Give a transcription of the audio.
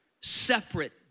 separate